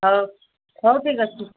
ହଉ ହଉ ଠିକ୍ ଅଛି